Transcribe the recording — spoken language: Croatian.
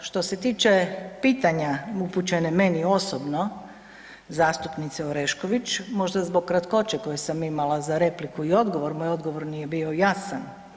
Što se tiče pitanja upućene meni osobno zastupnice Orešković, možda zbog kratkoće koje sam imala za repliku i odgovor, moj odgovor nije bio jasan.